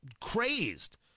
crazed